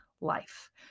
life